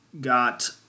got